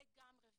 לגמרי.